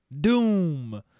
doom